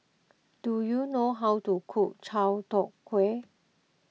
do you know how to cook Chai Tow Kuay